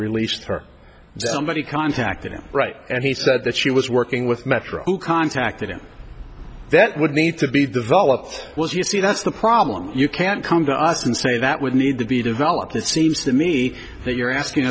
released her somebody contacted him right and he said that she was working with metro who contacted him that would need to be developed was you see that's the problem you can come to us and say that would need to be developed it seems to me that you're asking